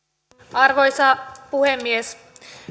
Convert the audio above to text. arvoisa puhemies